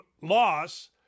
loss